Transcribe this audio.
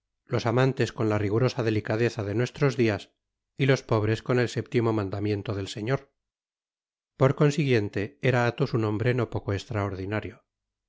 los amantes con la rigurosa delicadeza de nuestros dias y los pobres con el séptimo mandamiento del señor por consiguiente era athos un hombre no poco estraordinario